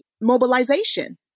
mobilization